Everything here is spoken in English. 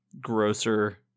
grosser